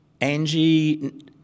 Angie